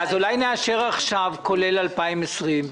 אולי נאשר עכשיו כולל 2020?